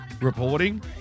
reporting